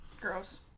Gross